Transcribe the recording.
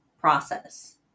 process